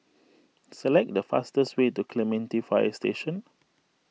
select the fastest way to Clementi Fire Station